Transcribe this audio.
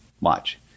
Watch